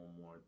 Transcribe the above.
more